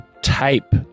type